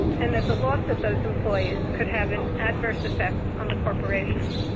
and, that the loss of those employees could have an adverse effect on the corporations.